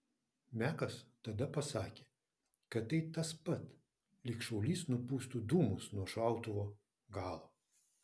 mekas tada pasakė kad tai tas pat lyg šaulys nupūstų dūmus nuo šautuvo galo